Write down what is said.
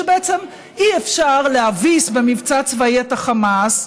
שבעצם אי-אפשר להביס במבצע צבאי את החמאס,